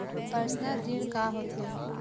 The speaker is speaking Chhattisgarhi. पर्सनल ऋण का होथे?